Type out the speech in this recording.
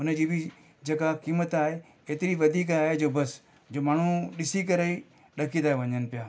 उन जी बि जेका क़ीमत आहे एतिरी वधीक आहे जो बसि जो माण्हू ॾिसी करे ई ॾकी था वञनि पिया